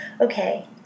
okay